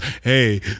hey